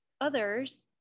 others